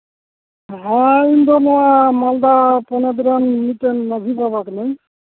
ᱦᱮᱸ ᱤᱧ ᱫᱚ ᱱᱚᱣᱟ ᱢᱟᱞᱫᱟ ᱦᱚᱱᱚᱛ ᱨᱮᱱ ᱢᱤᱫᱴᱮᱱ ᱢᱟᱺᱡᱷᱤ ᱵᱟᱵᱟ ᱠᱟᱹᱱᱟᱹᱧ